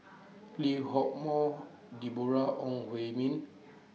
Lee Hock Moh Deborah Ong Hui Min